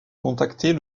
contacter